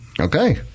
Okay